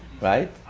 right